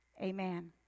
amen